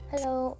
Hello